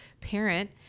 parent